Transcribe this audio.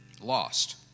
Lost